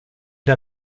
der